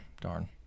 darn